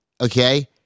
okay